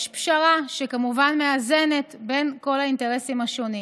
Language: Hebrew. יש פשרה שכמובן מאזנת בין כל האינטרסים השונים.